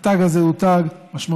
והתג הזה הוא תג משמעותי,